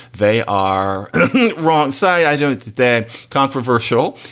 they are wrong. say i don't. that controversial.